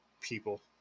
people